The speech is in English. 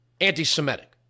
anti-Semitic